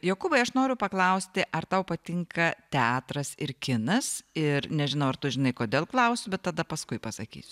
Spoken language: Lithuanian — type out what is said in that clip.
jokūbai aš noriu paklausti ar tau patinka teatras ir kinas ir nežinau ar tu žinai kodėl klausiu bet tada paskui pasakysiu